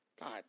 God